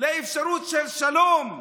האפשרות של שלום,